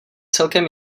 celkem